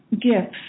gifts